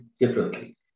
differently